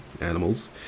animals